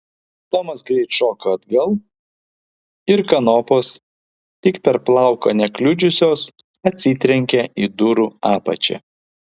tomas greit šoko atgal ir kanopos tik per plauką nekliudžiusios atsitrenkė į durų apačią